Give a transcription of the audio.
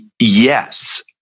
Yes